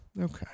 okay